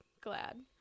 glad